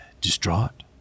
distraught